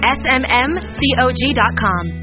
smmcog.com